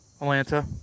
Atlanta